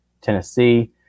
Tennessee